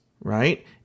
right